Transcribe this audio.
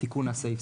תיקון הסעיף,